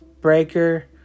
Breaker